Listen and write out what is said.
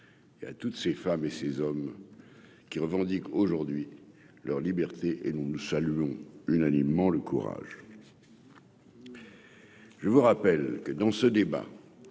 et à toutes ces femmes et ces hommes qui revendique aujourd'hui leur liberté et nous saluons unanimement le courage. Je vous rappelle que dans ce débat,